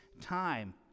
time